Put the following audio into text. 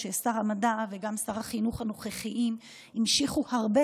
ששר המדע וגם שר החינוך הנוכחיים המשיכו הרבה